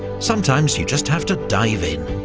sometimes you just have to dive in.